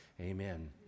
Amen